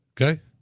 okay